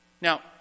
Now